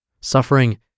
Suffering